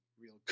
real